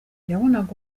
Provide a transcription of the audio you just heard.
yabonaga